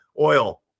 Oil